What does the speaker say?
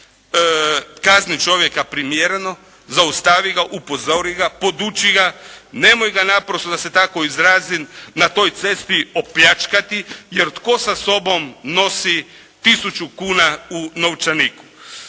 Kazni čovjeka primjereno, zaustavi ga, upozori ga, poduči ga, nemoj ga naprosto, da se tako izrazim na toj cesti opljačkati jer tko sa sobom nosi tisuću kuna u novčaniku.